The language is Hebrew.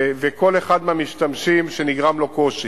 וכל אחד מהמשתמשים שנגרם לו קושי.